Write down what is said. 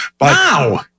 Wow